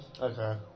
Okay